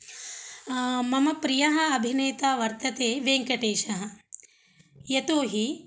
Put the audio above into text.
मम प्रियः अभिनेता वर्तते वेङ्कटेशः यतो हि